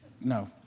No